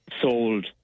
sold